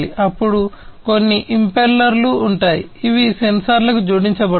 అప్పుడు కొన్ని ఇంపెల్లర్లు ఉంటాయి ఇవి సెన్సార్లకు జోడించబడతాయి